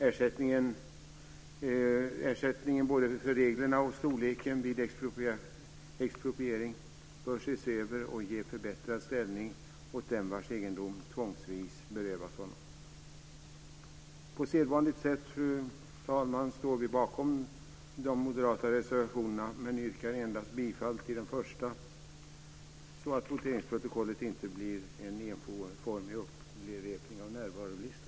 Ersättningen - det gäller både reglerna och storleken - vid expropriering bör ses över och ge en förbättrad ställning åt den vars egendom tvångsvis berövats honom. På sedvanligt sätt, fru talman, står vi bakom de moderata reservationerna men yrkar bifall endast till den första för att voteringsprotokollet inte ska bli en enformig upprepning av närvarolistan.